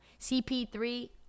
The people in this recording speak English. CP3